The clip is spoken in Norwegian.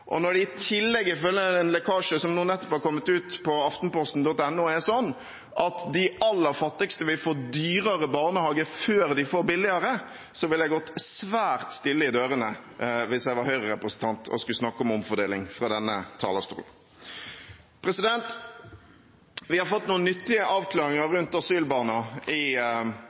Når det i tillegg, ifølge en lekkasje som nå nettopp har kommet ut på aftenposten.no, er slik at de aller fattigste vil få dyrere barnehage før de får billigere, ville jeg gått svært stille i dørene hvis jeg var Høyre-representant og skulle snakke om omfordeling fra denne talerstol. Vi har fått noen nyttige avklaringer rundt asylbarna i